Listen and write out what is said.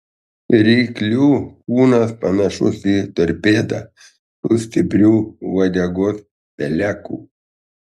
ryklių kūnas panašus į torpedą su stipriu uodegos peleku